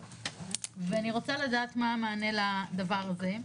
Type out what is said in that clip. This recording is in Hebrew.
אני רוצה לדעת מה המענה לדבר הזה.